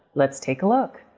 let's take a look.